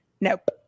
Nope